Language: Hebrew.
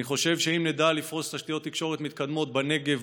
אני חושב שאם נדע לפרוס תשתיות תקשורת מתקדמות בנגב,